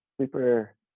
super